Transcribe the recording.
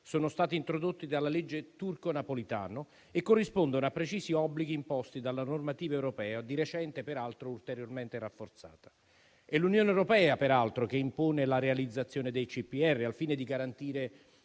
sono stati introdotti dalla legge Turco-Napolitano e corrispondono a precisi obblighi imposti dalla normativa europea, di recente peraltro ulteriormente rafforzata. È l'Unione europea, peraltro, che impone la realizzazione dei CPR al fine di garantire